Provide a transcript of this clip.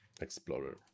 Explorer